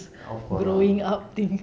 of course lah